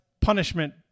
punishment